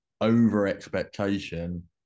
over-expectation